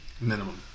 minimum